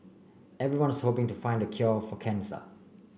everyone's hoping to find the cure for cancer